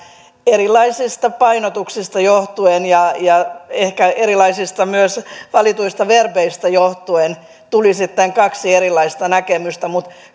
erilaisista painotuksista johtuen ja ja ehkä myös erilaisista valituista verbeistä johtuen tuli sitten kaksi erilaista näkemystä mutta